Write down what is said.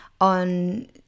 on